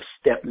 step